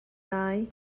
lai